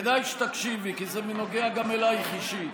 כדאי שתקשיבי, כי זה נוגע גם אלייך אישית.